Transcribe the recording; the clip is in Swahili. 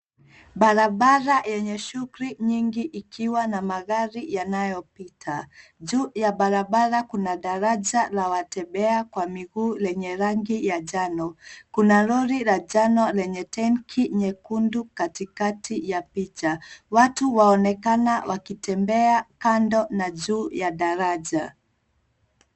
Barabara yenye shughuli nyingi ikiwa na magari yanayopita. Juu ya barabara kuna daraja la watembea miguu lenye rangi ya njano. Kuna lori la njano lenye tenki nyekundu katikati ya picha. Watu waonekana wakitembea kando na juu ya daraja.